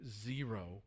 zero